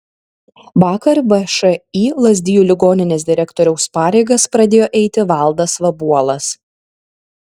vakar všį lazdijų ligoninės direktoriaus pareigas pradėjo eiti valdas vabuolas